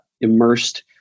immersed